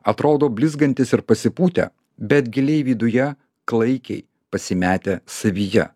atrodo blizgantys ir pasipūtę bet giliai viduje klaikiai pasimetę savyje